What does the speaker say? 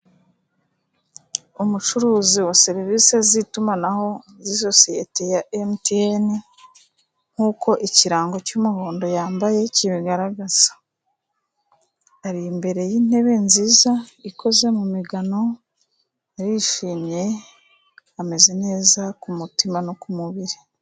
Umucuruzi wa serivisi z'itumanaho, sososiyete ya mtn, nkuko ikirango cy'umuhondo yambaye kibigaragaza. Ari imbere yintebe nziza ikoze mu migano, arishimye ameze neza ku mutima no ku mubiri.